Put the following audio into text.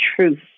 truth